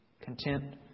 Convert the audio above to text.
Content